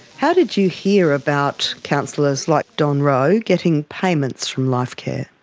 how did you hear about councillors like don rowe getting payments from lifecare?